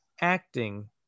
acting